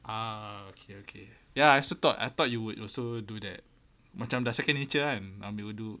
ah okay okay ya I also thought I thought you would also do that macam dah second nature kan ambil wuduk